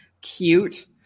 cute